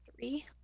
three